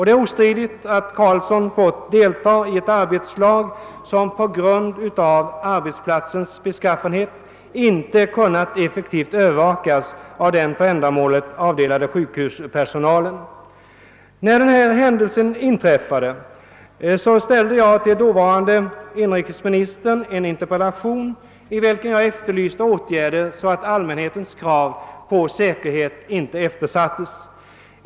Det är ostridigt att gärningsmannen fått delta i ett arbetslag som på grund av arbetsplatsens beskaffenhet inte kunnat effektivt övervakas av den för ändamålet avdelade sjukhuspersonalen. När denna händelse inträffade ställde jag till dåvarande inrikesministern en interpellation, i vilken jag efterlyste sådana åtgärder att allmänhetens krav på säkerhet inte eftersattes.